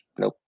Nope